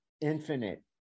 infinite